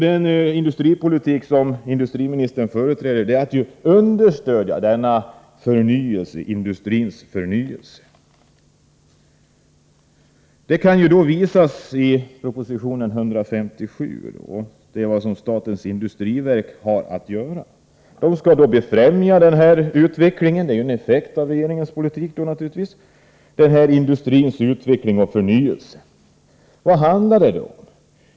Den industripolitik som industriministern företräder är att understödja denna industrins förnyelse! Det framgår av proposition 157, där det anges vad statens industriverk har att göra; verket skall befrämja den här industrins utveckling och förnyelse, som då naturligtvis är en effekt av regeringens politik. Vad handlar det då om?